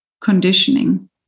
conditioning